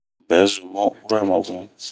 Un bɛ zunbun ura ma bun.